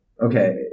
Okay